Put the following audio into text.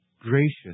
gracious